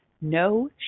No